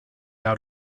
out